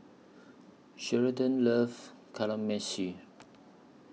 Sheridan loves